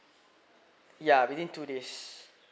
ya within two days